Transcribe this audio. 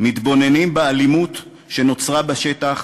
מתבוננות באלימות שנוצרה בשטח,